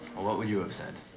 well what would you have said?